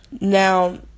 Now